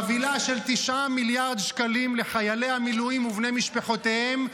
חבילה של 9 מיליארד שקלים לחיילי המילואים ובני משפחותיהם,